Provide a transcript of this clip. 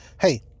hey